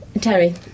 Terry